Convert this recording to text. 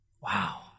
Wow